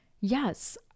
yes